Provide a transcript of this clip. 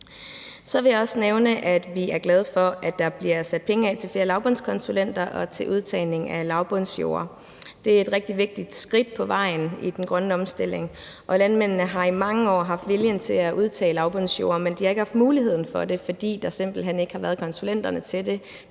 vi er glade for, at der bliver sat penge af til flere lavbundskonsulenter og til udtagning af lavbundsjorder. Det er et rigtig vigtigt skridt på vejen i den grønne omstilling. Landmændene har i mange år haft viljen til at udtage lavbundsjorder, men de har ikke haft muligheden for det, fordi der simpelt hen ikke har været konsulenter til det.